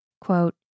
Quote